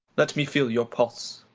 let me feel your pulse.